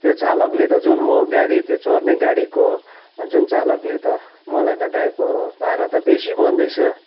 त्यो चालकले त जुन म गाडी त्यो चड्ने गाडीको जुन चालकले त मलाई त डाई भाडा त बेसी भन्दैछ